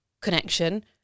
connection